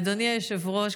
אדוני היושב-ראש,